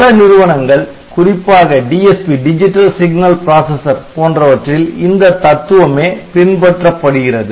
பல நிறுவனங்கள் குறிப்பாக DSP டிஜிட்டல் சிக்னல் பிராசஸர் போன்றவற்றில் இந்த தத்துவமே பின்பற்றப்படுகிறது